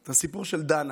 את הסיפור של דנה,